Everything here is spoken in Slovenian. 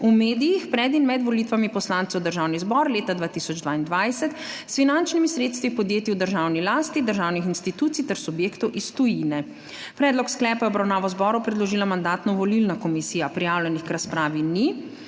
v medijih pred in med volitvami poslancev v Državni zbor leta 2022 s finančnimi sredstvi podjetij v državni lasti, državnih institucij ter subjektov iz tujine. Predlog sklepa je v obravnavo zboru predložila Mandatno-volilna komisija. Prijavljenih k razpravi ni.